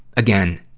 again,